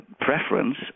preference